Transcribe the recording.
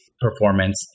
performance